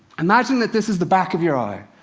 imagine that this is the back of your eye,